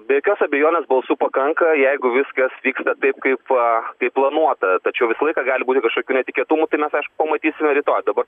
be jokios abejonės balsų pakanka jeigu viskas vyksta taip kaip a kaip planuota tačiau visą laiką gali būti kažkokių netikėtumų tai mes aišku pamatysime rytoj dabar